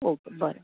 okay बरें